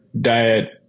diet